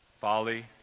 Folly